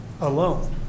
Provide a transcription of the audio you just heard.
alone